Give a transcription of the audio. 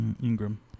Ingram